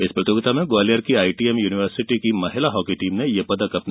इस प्रतियोगिता में ग्वालियर की आईटीएम यूनिवर्सिटी की महिला हॉकी टीम ने यह पदक अपने नाम किया